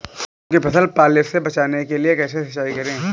गेहूँ की फसल को पाले से बचाने के लिए कैसे सिंचाई करें?